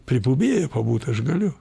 pribuvėja pabūt aš galiu